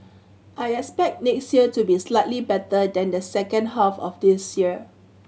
I expect next year to be slightly better than the second half of this year